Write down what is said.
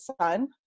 sun